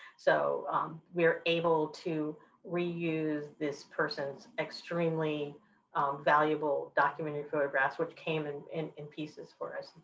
so we're able to reuse this person's extremely valuable documented photographs which came and in in pieces for us,